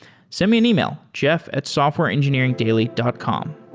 send me an email, jeff at softwareengineeringdaily dot com